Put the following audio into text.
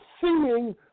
seeing